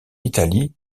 italie